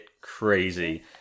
crazy